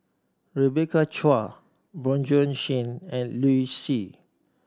Rebecca Chua Bjorn Shen and Liu Si